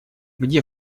где